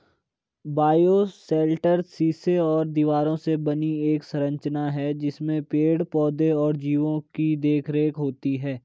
bioshelter शीशे और दीवारों से बनी एक संरचना है जिसमें पेड़ पौधे और जीवो की देखरेख होती है